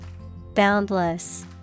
Boundless